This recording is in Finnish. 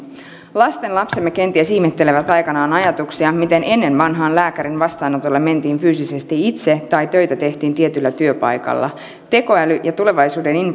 lastenlapsemme kenties ihmettelevät aikanaan ajatuksia miten ennen vanhaan lääkärin vastaanotolle mentiin fyysisesti itse tai töitä tehtiin tietyllä työpaikalla tekoäly ja tulevaisuuden